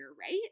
right